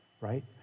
right